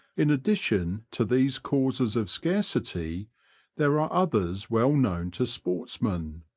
in addition to these causes of scarcity there are others well known to sportsmen.